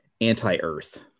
anti-earth